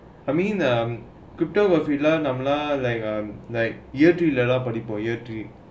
I mean um cryptograpghy lah like um like year three leh படிப்பும்:padippum for year three